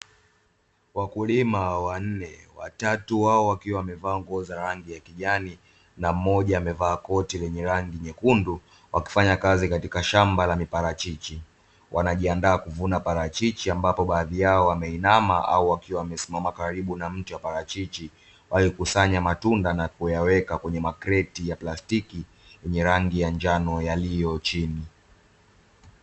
Wakulima wanne; watatu wao wakiwa wamevaa nguo za rangi ya kijani na mmoja akiwa amevaa koti lenye rangi nyekundu, wakifanya kazi katika shamba la miparachichi. Wanajiandaa kuvuna parachichi ambapo baadhi yao wameinama au wakiwa wamesimama karibu na mti wa parachichi, wakikusanya matunda na kuyaweka kwenye makreti ya plastiki; yenye rangi ya njano yaliyo chini.